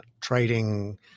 trading –